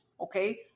okay